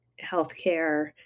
healthcare